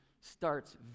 starts